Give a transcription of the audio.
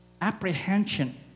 apprehension